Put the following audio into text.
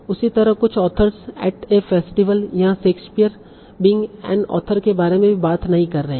उसी तरह कुछ ऑथर्स एट ए फेस्टिवल यहाँ शेक्सपियर बीइंग एन ऑथर के बारे में भी बात नहीं कर रहे है